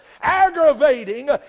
aggravating